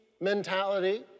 mentality